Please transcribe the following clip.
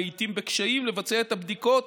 בקשיים לבצע את הבדיקות